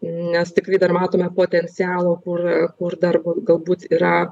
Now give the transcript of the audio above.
nes tikrai dar matome potencialo kur kur dar galbūt yra